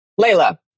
Layla